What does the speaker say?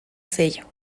sello